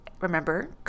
remember